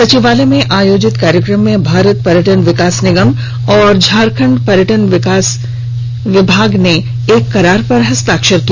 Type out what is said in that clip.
सचिवालय में आयोजित कार्यक्रम में भारत पर्यटन विकास निगम और झारखंड पर्यटन विभाग ने एक करार पर हस्ताक्षर किया